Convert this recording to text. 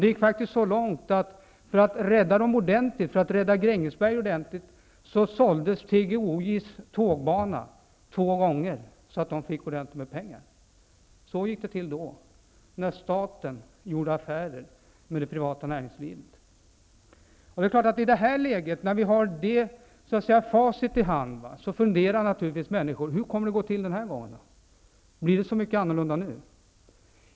Man gick faktiskt så långt för att rädda Grängesberg att TGOJ:s tågbana såldes två gånger så att Gränges fick ordentligt med pengar. Nu när vi så att säga har facit i handen funderar människor naturligtvis: Hur kommer det att gå till den här gången då? Blir det så mycket annorlunda nu?